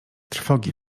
trwogi